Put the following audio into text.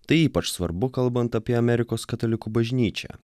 tai ypač svarbu kalbant apie amerikos katalikų bažnyčią